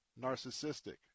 narcissistic